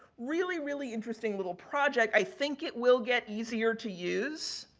really, really interesting little project. i think it will get easier to use.